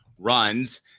runs